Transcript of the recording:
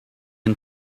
and